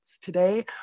today